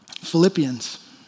Philippians